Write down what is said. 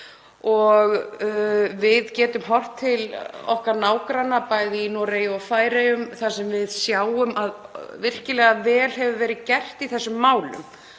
Við getum horft til nágranna okkar, bæði í Noregi og Færeyjum, þar sem við sjáum að virkilega vel hefur verið gert í þessum málum.